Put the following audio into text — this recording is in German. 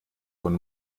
von